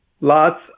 lots